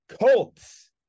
Colts